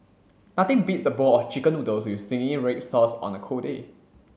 nothing beats a bowl of chicken noodles with zingy red sauce on a cold day